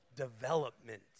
development